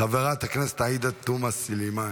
חברת הכנסת עאידה תומא סלימאן.